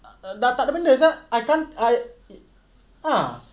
tak tak takde benda sia I can't I ah